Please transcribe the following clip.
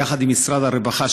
יחד עם משרד הרווחה,